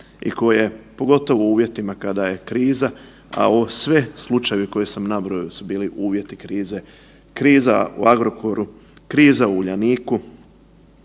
i koje, pogotovo u uvjetima kada je kriza, a ovo sve slučajevi koje sam nabrojao su bili uvjeti krize, kriza u Agrokoru, kriza u Uljaniku?